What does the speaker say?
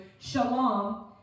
shalom